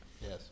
Yes